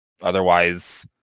otherwise